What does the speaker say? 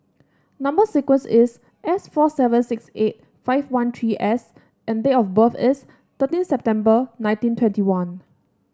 number sequence is S four seven six eight five one three S and date of birth is thirteen September nineteen twenty one